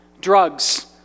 drugs